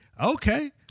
okay